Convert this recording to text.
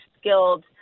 skilled